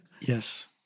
Yes